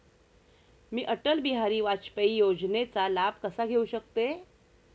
मी अटल बिहारी वाजपेयी योजनेचा लाभ कसा घेऊ शकते?